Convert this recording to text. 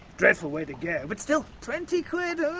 dreadful way to go but, still, twenty quid,